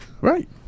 right